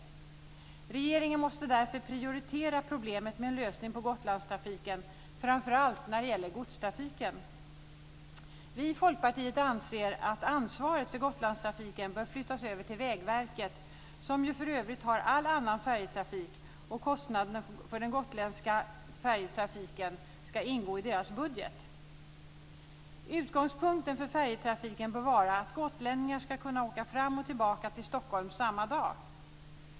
Regeringen måste därför prioritera problemet med en lösning för Gotlandstrafiken framför allt när det gäller godstrafiken. Vi i Folkpartiet anser att ansvaret för Gotlandstrafiken bör flyttas över till Vägverket, som för övrigt har all annan färjetrafik, och kostnaderna för den gotländska färjetrafiken ska ingå i deras budget. Utgångspunkten för färjetrafiken bör vara att gotlänningar ska kunna åka fram och tillbaka till Stockholm samma dag.